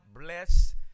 bless